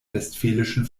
westfälischen